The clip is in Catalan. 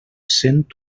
sent